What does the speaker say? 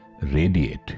radiate